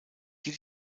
die